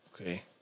Okay